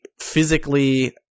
physically